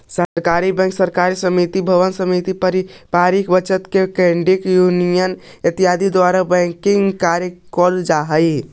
सहकारी बैंक में सहकारी समिति भवन समिति पारंपरिक बचत बैंक क्रेडिट यूनियन इत्यादि के द्वारा बैंकिंग कार्य कैल जा हइ